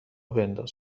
بنداز